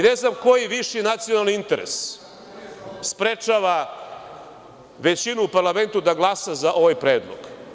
Ne znam koji viši nacionalni interes sprečava većinu u parlamentu da glasa za ovaj predlog?